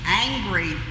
angry